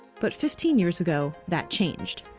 but fifteen years ago, that changed.